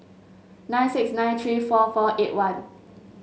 nine six nine three four four eight one